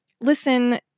listen